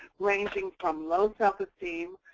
ranging from low self-esteem,